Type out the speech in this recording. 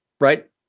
right